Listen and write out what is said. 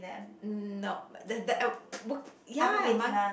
nope the the uh ya mon~